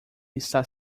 está